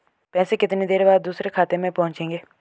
पैसे कितनी देर बाद दूसरे खाते में पहुंचेंगे?